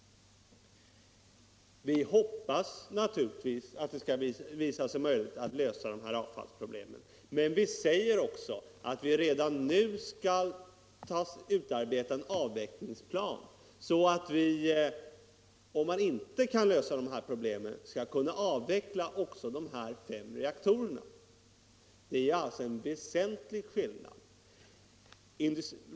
Vi hoppas naturligtvis att det skall visa sig möjligt att lösa avfallsproblemen, men vi säger också att vi redan nu skall utarbeta en avvecklingsplan så att vi, om problemen inte kan lösas, skall kunna avveckla också dessa fem reaktorer. Det är alltså en väsentlig skillnad.